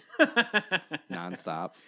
nonstop